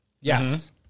Yes